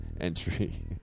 entry